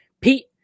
Pete